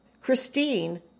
Christine